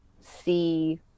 see